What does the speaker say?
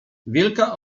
wielka